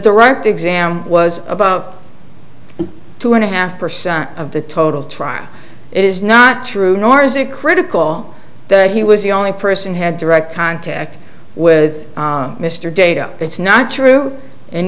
direct exam was about two and a half percent of the total trial it is not true nor is it critical that he was the only person had direct contact with me data it's not true in